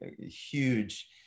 huge